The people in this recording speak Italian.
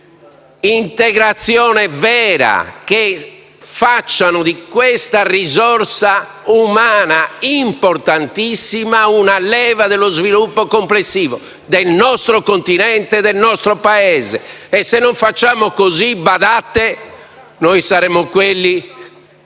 integrazione vera che facciano di questa risorsa umana importantissima una leva dello sviluppo complessivo del nostro continente e del nostro Paese. Attenzione perché se non facciamo così, saremo quelli